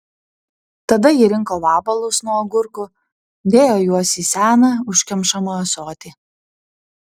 tada ji rinko vabalus nuo agurkų dėjo juos į seną užkemšamą ąsotį